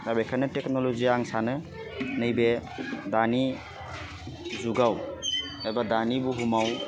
दा बेखायनो टेक्न'लजिया आं सानो नैबे दानि जुगाव एबा दानि बुहुमाव